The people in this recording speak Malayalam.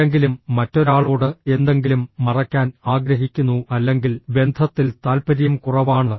ആരെങ്കിലും മറ്റൊരാളോട് എന്തെങ്കിലും മറയ്ക്കാൻ ആഗ്രഹിക്കുന്നു അല്ലെങ്കിൽ ബന്ധത്തിൽ താൽപര്യം കുറവാണ്